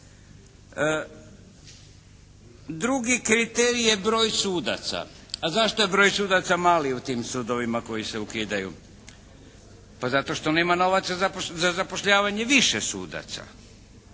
Drugi kriterij je broj sudaca, a zašto je broj sudaca mali u tim sudovima koji se ukidaju? Pa zato što nema novaca za zapošljavanje više sudaca.